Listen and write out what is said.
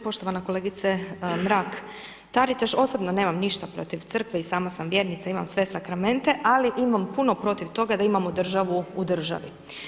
Poštovana kolegice Mrak Taritaš, osobno nemam ništa protiv Crkve i sama sam vjernica, imam sve sakramente, ali imam puno protiv toga da imamo državu u državi.